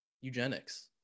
eugenics